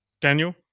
Daniel